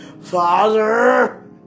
Father